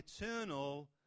eternal